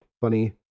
funny